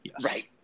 Right